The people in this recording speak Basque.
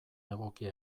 egokia